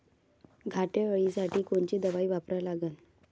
घाटे अळी साठी कोनची दवाई वापरा लागन?